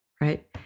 right